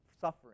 suffering